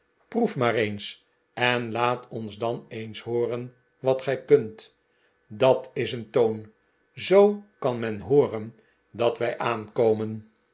proef maar eens en laat ons dan eens hooren wat gij kunt dat is een toon zoo kan men hooren dat wij aankomen